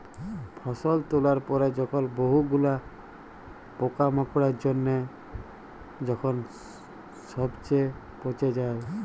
ফসল তোলার পরে যখন বহু গুলা পোকামাকড়ের জনহে যখন সবচে পচে যায়